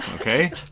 okay